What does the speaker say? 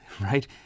right